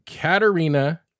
Katerina